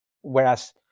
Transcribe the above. whereas